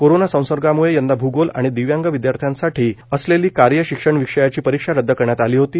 corona संसर्गामुळं यंदा भूगोल आणि दिव्यांग विदयार्थ्यांसाठी असलेली कार्य शिक्षण विषयाची परीक्षा रद्द करण्यात आली होती